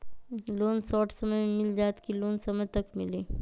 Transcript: Loan short समय मे मिल जाएत कि लोन समय तक मिली?